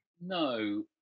No